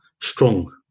strong